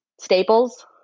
staples